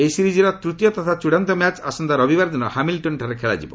ଏହି ସିରିକ୍ର ତୃତୀୟ ତଥା ଚୂଡ଼ାନ୍ତ ମ୍ୟାଚ୍ ଆସନ୍ତା ରବିବାର ଦିନ ହାମିଲ୍ଟନ୍ଠାରେ ଖେଳାଯିବ